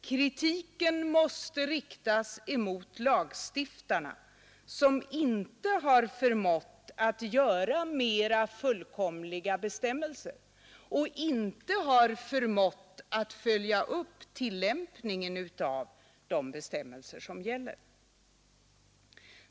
Kritiken måste riktas mot lagstiftarna som inte har förmått göra mera fullkomliga bestämmelser och inte har förmått att följa upp tillämpningen av de bestämmelser som gäller.